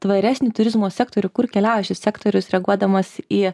tvaresnį turizmo sektorių kur keliauja šis sektorius reaguodamas į